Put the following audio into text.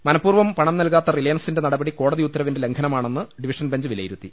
മനപൂർവ്വം പണം നൽകാത്ത റിലയൻസിന്റെ നടപടി കോടതി ഉത്തരവിന്റെ ലംഘനമാണെന്ന് ഡിവിഷൻ ബെഞ്ച് വിലയിരുത്തി